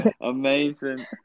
amazing